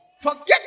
Forget